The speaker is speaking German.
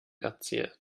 erzählt